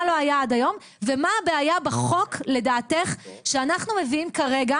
לא היה עד היום ומה הבעיה בחוק לדעתך שאנחנו מביאים כרגע,